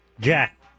Jack